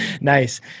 Nice